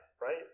right